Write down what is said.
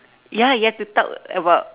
ya you have to talk about